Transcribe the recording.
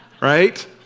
right